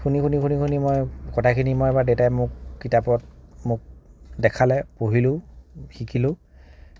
শুনি শুনি শুনি শুনি মই কথাখিনি এবাৰ দেতাই মোক কিতাপত মোক দেখালে পঢ়িলোঁ শিকিলোঁ